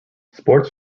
sports